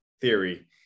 theory